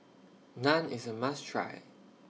Naan IS A must Try